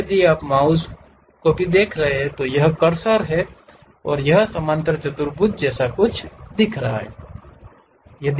अब यदि आप माउस को भी देख रहे हैं तो यह कर्सर स्तर है यह समांतर चतुर्भुज जैसा कुछ दिखाता है